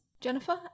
Jennifer